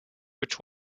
which